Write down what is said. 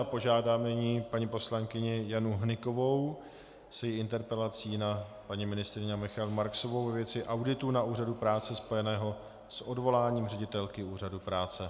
Požádám nyní paní poslankyni Janu Hnykovou s její interpelaci na paní ministryni Michaelu Marksovou ve věci auditu na Úřadu práce spojeného s odvoláním ředitelky Úřadu práce.